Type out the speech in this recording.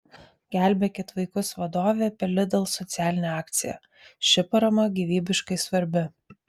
gelbėkit vaikus vadovė apie lidl socialinę akciją ši parama gyvybiškai svarbi